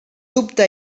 dubte